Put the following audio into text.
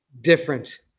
different